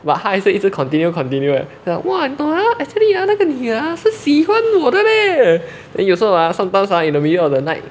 but 他一直一直 continue continue eh then 讲 !wah! 你懂啊 actually ah 那个女啊是喜欢我的 leh then 有时候啊 sometimes ah in the middle of the night